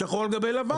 שחור על גבי לבן.